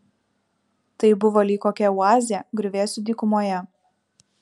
tai buvo lyg kokia oazė griuvėsių dykumoje